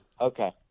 Okay